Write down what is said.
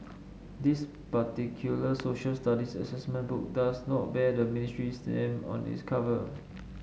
this particular Social Studies assessment book does not bear the ministry stamp on its cover